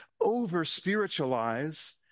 over-spiritualize